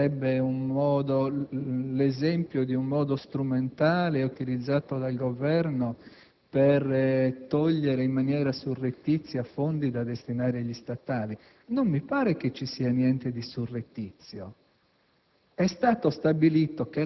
forzatura, l'esempio di un modo strumentale utilizzato dal Governo per sottrarre, in maniera surrettizia, fondi da destinare agli statali. Non mi pare vi sia niente di surrettizio.